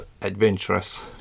adventurous